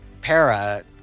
Para